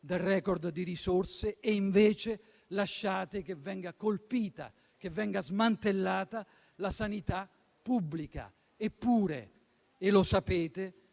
del *record* di risorse e invece lasciate che venga colpita, che venga smantellata la sanità pubblica. Eppure, come sapete,